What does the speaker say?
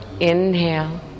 Inhale